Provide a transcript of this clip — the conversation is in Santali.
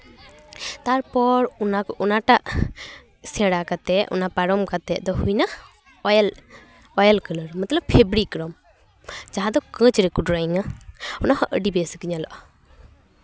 ᱛᱟᱨᱚᱨ ᱚᱱᱟᱴᱟᱜ ᱥᱮᱬᱟ ᱠᱟᱛᱮ ᱚᱱᱟ ᱯᱟᱨᱚᱢ ᱠᱟᱛᱮ ᱫᱚ ᱦᱩᱭᱱᱟ ᱳᱭᱮᱞ ᱠᱟᱞᱟᱨ ᱢᱚᱛᱞᱚᱵᱽ ᱯᱷᱮᱵᱽᱨᱤᱠ ᱨᱚᱝ ᱡᱟᱦᱟᱸ ᱫᱚ ᱠᱟᱹᱪ ᱨᱮᱠᱚ ᱰᱨᱚᱭᱤᱝᱼᱟ ᱚᱱᱟ ᱦᱚᱸ ᱟᱹᱰᱤ ᱵᱮᱥ ᱜᱮ ᱧᱮᱞᱚᱜᱼᱟ